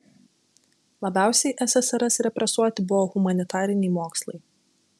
labiausiai ssrs represuoti buvo humanitariniai mokslai